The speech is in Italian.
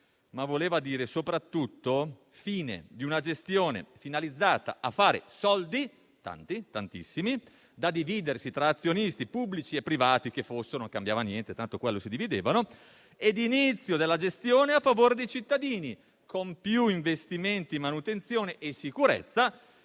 ma soprattutto fine di una gestione finalizzata a fare soldi, tanti, tantissimi, da dividersi tra azionisti (pubblici o privati che fossero non cambiava niente) e inizio della gestione a favore dei cittadini, con più investimenti in manutenzione e sicurezza